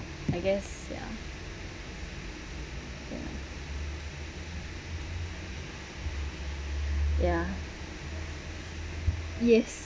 I guess ya ya yes